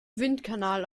windkanal